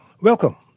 Welcome